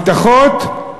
הבטחות,